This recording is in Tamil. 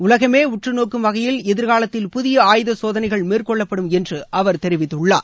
உலகமே உற்றுநோக்கும் வகையில் எதிர்காலத்தில் புதிய ஆயுத சோதனைகள் மேற்கொள்ளப்படும் என்று அவர் தெரிவித்துள்ளார்